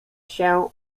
się